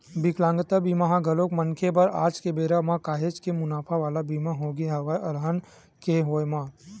बिकलांगता बीमा ह घलोक मनखे बर आज के बेरा म काहेच के मुनाफा वाला बीमा होगे हवय अलहन के होय म